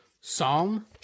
psalm